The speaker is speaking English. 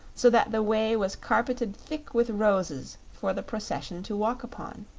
so that the way was carpeted thick with roses for the procession to walk upon.